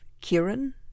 Kieran